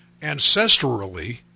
ancestrally